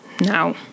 now